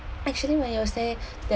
actually when you say that